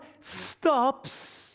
stops